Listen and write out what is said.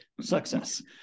Success